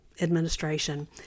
Administration